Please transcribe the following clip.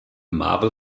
marvel